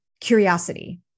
curiosity